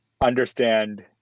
understand